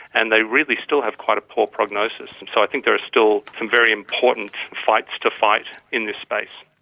and they really still have quite a poor prognosis. so i think there are still some very important fights to fight in this space.